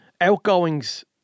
Outgoings